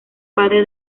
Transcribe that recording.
padre